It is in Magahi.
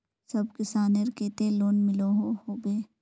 सब किसानेर केते लोन मिलोहो होबे?